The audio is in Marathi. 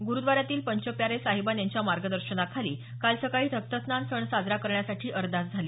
ग्रुद्वाऱ्यातील पंचप्यारे साहिबान यांच्या मार्गदर्शनाखाली काल सकाळी तख्त स्नान सण साजरा करण्यासाठी अरदास झाली